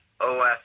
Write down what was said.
OS